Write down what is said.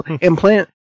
implant